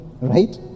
right